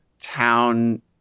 Town